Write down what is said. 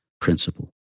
principle